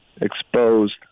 exposed